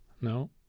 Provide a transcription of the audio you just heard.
No